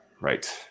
right